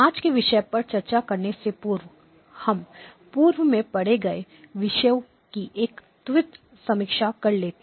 आज के विषय पर चर्चा करने से पूर्व हम पूर्व में पढ़े गए विषय की एक त्वरित समीक्षा कर लेते हैं